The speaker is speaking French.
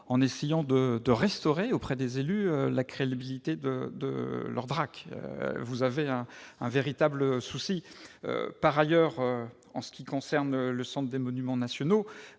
en essayant de restaurer auprès des élus la crédibilité de leur DRAC ? Vous avez là un véritable souci. Par ailleurs, en ce qui concerne le Centre des monuments nationaux,